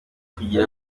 kugira